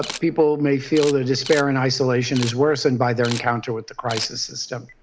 ah people may feel their despair and isolation is worsened by their encounter with the crisis system.